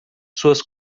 suas